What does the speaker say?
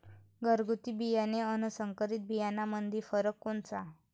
घरगुती बियाणे अन संकरीत बियाणामंदी फरक कोनचा?